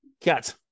Cat